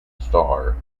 star